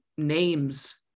names